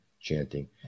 chanting